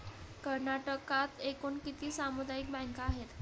कर्नाटकात एकूण किती सामुदायिक बँका आहेत?